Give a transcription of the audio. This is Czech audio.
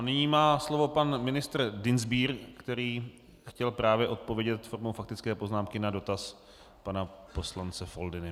Nyní má slovo pan ministr Dienstbier, který chtěl právě odpovědět formou faktické poznámky na dotaz pana poslance Foldyny.